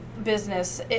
business